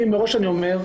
אני מראש אומר,